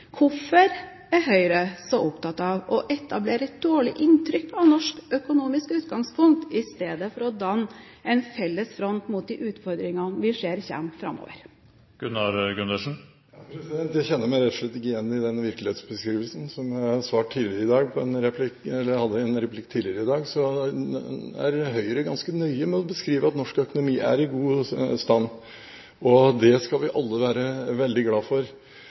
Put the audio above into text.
Hvorfor er Høyre så opptatt av å etablere et dårlig inntrykk av det norske økonomiske utgangspunkt, i stedet for å danne en felles front mot de utfordringene vi ser kommer framover? Jeg kjenner meg rett og slett ikke igjen i den virkelighetsbeskrivelsen. Som det gikk fram av en replikk jeg hadde tidligere i dag, er Høyre ganske nøye med å beskrive at norsk økonomi er i god stand. Det skal vi alle være veldig glad for.